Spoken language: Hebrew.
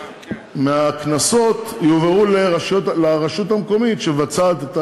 מהקנסות יועברו לרשות המקומית שמבצעת את